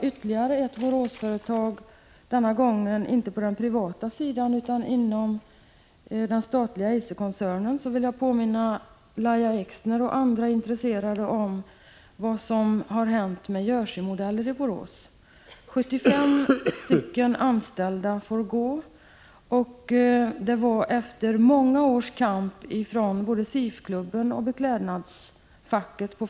Ett annat Boråsföretag, inte på den privata sidan utan inom den statliga Eiserkoncernen, är ytterligare ett exempel. Jag vill påminna Lahja Exner och andra intresserade om vad som har hänt med AB Jersey-Modeller i Borås. 75 anställda får lämna företaget. Detta sker trots många års kamp från både SIF-klubben och beklädnadsfacket.